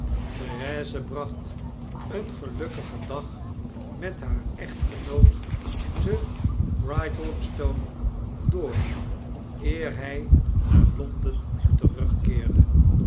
therese bracht een gelukkigen dag met haar echtgenoot te brighthelmstone door eer hy naar londen terugkeerde